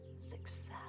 success